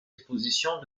expositions